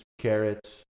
carrots